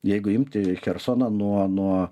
jeigu imti chersoną nuo nuo